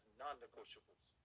non-negotiables